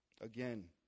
Again